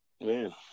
man